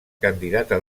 candidata